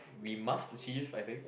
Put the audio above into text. we must achieve I think